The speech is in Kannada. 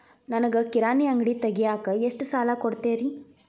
ನನಗ ಕಿರಾಣಿ ಅಂಗಡಿ ತಗಿಯಾಕ್ ಎಷ್ಟ ಸಾಲ ಕೊಡ್ತೇರಿ?